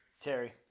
Terry